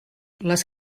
les